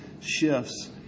shifts